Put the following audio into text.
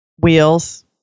wheels